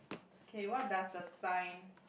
K what does the sign